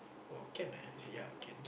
oh can ah I say ya can